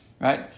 right